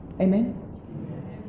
amen